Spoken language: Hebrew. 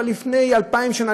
כבר לפני 2,000 שנה,